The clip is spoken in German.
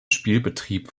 spielbetrieb